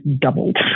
doubled